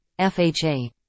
FHA